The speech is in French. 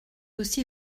aussi